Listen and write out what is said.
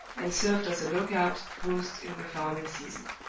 and served as a lookout post in the fowling season.